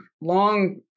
long